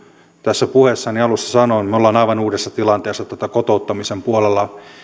tässä puheessani sanoin me olemme aivan uudessa tilanteessa kotouttamisen puolella